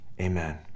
amen